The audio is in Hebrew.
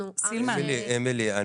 אנחנו -- אמילי,